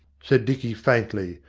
said dicky, faintly,